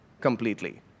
completely